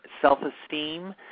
self-esteem